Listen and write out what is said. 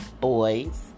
boys